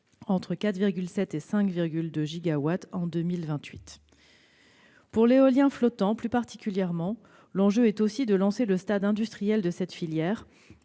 entre 4,7 et 5,2 gigawatts en 2028. Pour l'éolien flottant, plus particulièrement, l'enjeu est de permettre à cette filière